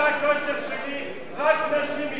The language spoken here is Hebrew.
הכושר שלי, רק נשים נכנסות.